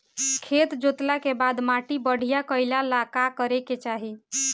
खेत जोतला के बाद माटी बढ़िया कइला ला का करे के चाही?